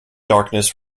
darkness